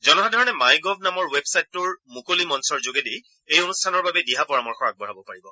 জনসাধাৰণে my gov নামৰ ৱেবছাইটটোৰ মুকলি মঞ্চৰ যোগেদি এই অনুষ্ঠানৰ বাবে দিহা পৰামৰ্শ আগবঢ়াব পাৰিব